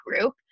group